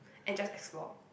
and just explore